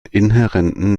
inhärenten